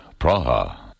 Praha